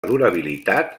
durabilitat